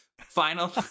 final